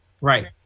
right